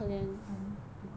stand to go